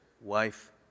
wife